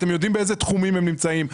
אתם יודעים באיזה תחומים הן נמצאות,